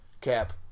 Cap